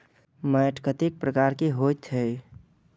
मैंट कतेक प्रकार के होयत छै?